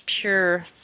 pure